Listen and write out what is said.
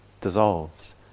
dissolves